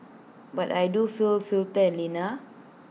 but I do feel fitter and leaner